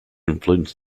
influence